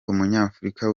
umunyafurika